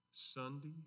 Sunday